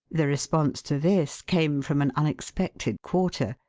the response to this came from an unexpected quarter.